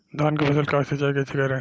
धान के फसल का सिंचाई कैसे करे?